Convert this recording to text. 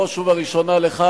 בראש ובראשונה לך,